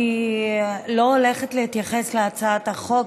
אני לא הולכת להתייחס להצעת החוק,